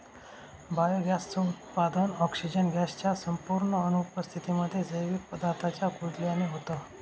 biogas च उत्पादन, oxygen gas च्या संपूर्ण अनुपस्थितीमध्ये, जैविक पदार्थांच्या कुजल्याने होतं